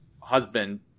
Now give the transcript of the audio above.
husband